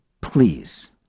please